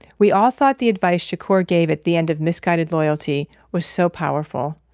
we all thought the advice shakur gave at the end of misguided loyalty was so powerful.